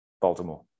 baltimore